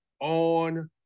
on